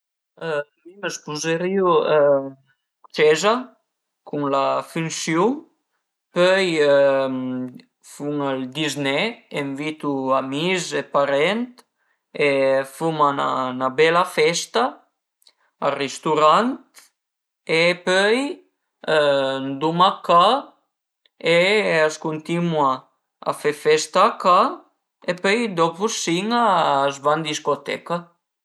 Mi më spuzerìu ën cieza cun la fünsiun, pöi fun ël dizné e ënvitu amis e parent e fuma 'na bela festa al risturant e pöi anduma a ca e a së cuntinua a fe festa a casa e pöi dopu sina a së va ën discoteca